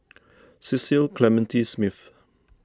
Cecil Clementi Smith